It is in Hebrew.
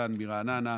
והשקרן מרעננה.